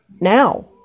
now